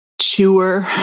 chewer